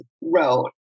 wrote